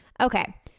Okay